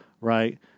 right